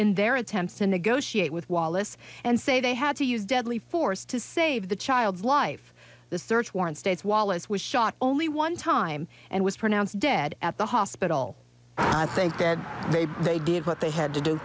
in their attempts to negotiate with wallace and say they had to use deadly force to save the child's life the search warrant states wallace was shot only one time and was pronounced dead at the hospital i think maybe they gave what they had to do